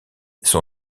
son